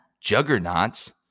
juggernauts